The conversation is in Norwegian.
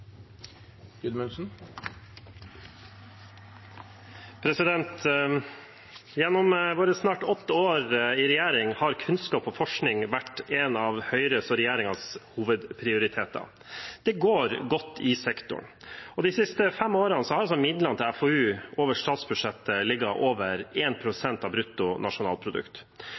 15. Gjennom våre snart åtte år i regjering har kunnskap og forskning vært en av Høyres og regjeringens hovedprioriteter, og det går godt i sektoren. De siste fem årene har midler til FoU over statsbudsjettet ligget over 1 pst. av